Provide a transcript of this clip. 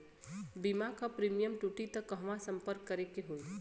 बीमा क प्रीमियम टूटी त कहवा सम्पर्क करें के होई?